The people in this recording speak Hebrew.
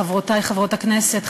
חברותי חברות הכנסת,